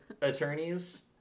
attorneys